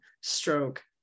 stroke